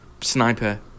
sniper